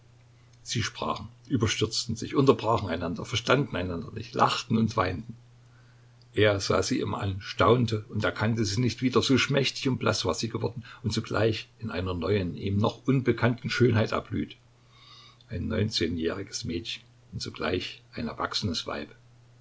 sie sprachen überstürzten sich unterbrachen einander verstanden einander nicht lachten und weinten er sah sie immer an staunte und erkannte sie nicht wieder so schmächtig und blaß war sie geworden und zugleich in einer neuen ihm noch unbekannten schönheit erblüht ein neunzehnjähriges mädchen und zugleich ein erwachsenes weib